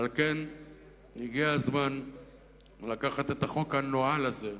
ועל כן הגיע הזמן לקחת את החוק הנואל הזה,